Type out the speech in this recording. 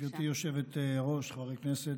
גברתי היושבת-ראש, חברי הכנסת,